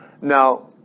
Now